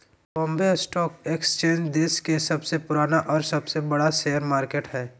Bombay stock exchange देश के सबसे पुराना और सबसे बड़ा शेयर मार्केट हइ